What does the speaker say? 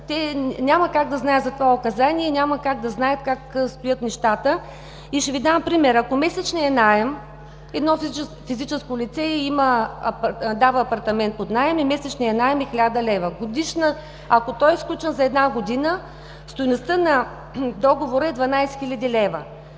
те няма как да знаят за това Указание и няма как да знаят как стоят нещата. Ще Ви дам пример. Ако едно физическо лице дава апартамент под наем и месечният наем е 1000 лв., ако е сключен за една година, стойността на договора е 12 хил.